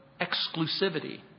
exclusivity